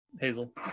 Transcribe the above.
Hazel